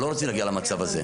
אנחנו לא רוצים להגיע למצב הזה.